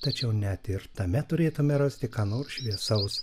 tačiau net ir tame turėtume rasti ką nors šviesaus